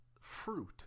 fruit